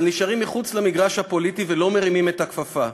אבל נשארים מחוץ למגרש הפוליטי ולא מרימים את הכפפה.